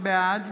בעד